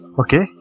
okay